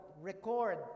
record